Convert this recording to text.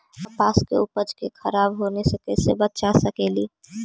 कपास के उपज के खराब होने से कैसे बचा सकेली?